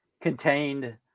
contained